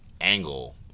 angle